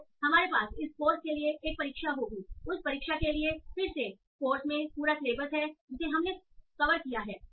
तो हमारे पास इस कोर्स के लिए एक परीक्षा होगी उस परीक्षा के लिए फिर से कोर्स में पूरा सिलेबस है जिसे हमने कवर किया है